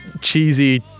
cheesy